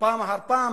פעם אחר פעם